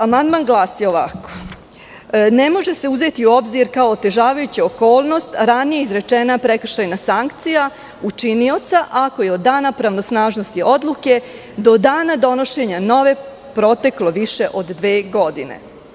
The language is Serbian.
Amandman glasi ovako – ne može se uzeti u obzir kao otežavajuća okolnost ranije izrečena prekršajna sankcija učinioca ako je od dana pravnosnažnosti odluke do dana donošenja nove proteklo više od dve godine.